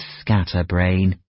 Scatterbrain